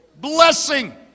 Blessing